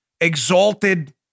exalted